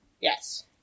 Yes